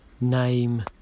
name